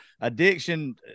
addiction